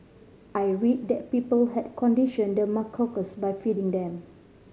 I read that people had conditioned the macaques by feeding them